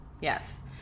Yes